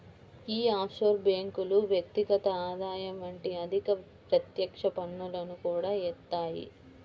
యీ ఆఫ్షోర్ బ్యేంకులు వ్యక్తిగత ఆదాయం వంటి అధిక ప్రత్యక్ష పన్నులను కూడా యేత్తాయి